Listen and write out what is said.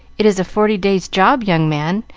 it is a forty days' job, young man,